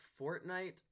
Fortnite